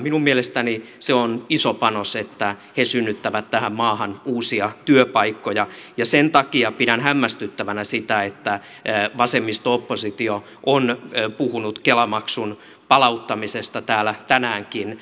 minun mielestäni se on iso panos että he synnyttävät tähän maahan uusia työpaikkoja ja sen takia pidän hämmästyttävänä sitä että vasemmisto oppositio on puhunut kela maksun palauttamisesta täällä tänäänkin